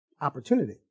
opportunity